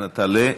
אנא תעלה.